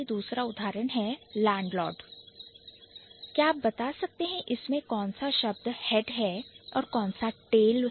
दूसरा उदाहरण लेते हैं Landlord तो क्या आप बता सकते हैं कि इसमें कौन सा शब्द Head हेड है और कौन सा शब्द tail टेल है